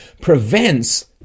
prevents